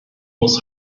muss